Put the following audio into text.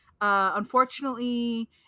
Unfortunately